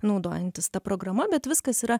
naudojantis ta programa bet viskas yra